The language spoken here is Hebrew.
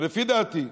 ולפי דעתי,